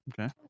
Okay